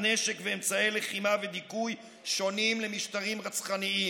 נשק ואמצעי לחימה ודיכוי שונים למשטרים רצחניים.